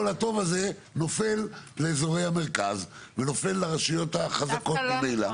כל הטוב הזה נופל לאזורי המרכז ולרשויות החזקות ממילא.